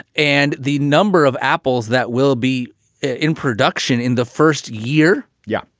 and the number of apples that will be in production in the first year. yeah.